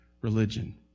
religion